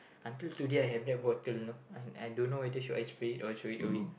until today I I have that bottle I don't know whether should I spray it or throw it away